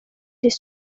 this